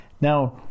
Now